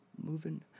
moving